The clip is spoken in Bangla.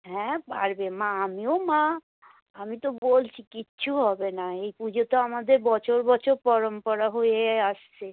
হ্যাঁ পারবে মা আমিও মা আমি তো বলছি কিচ্ছু হবে না এই পুজো তো আমাদের বছর বছর পরম্পরা হয়ে আসছে